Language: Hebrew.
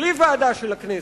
בלי ועדה של הכנסת,